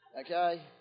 Okay